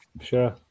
sure